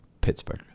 Pittsburgh